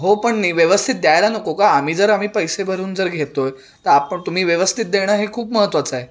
हो पण नाही व्यवस्थित द्यायला नको का आम्ही जर आम्ही पैसे भरून जर घेतो आहे तर आपण तुम्ही व्यवस्थित देणं हे खूप महत्वाचं आहे